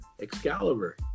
Excalibur